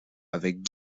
avec